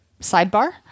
sidebar